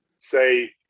say –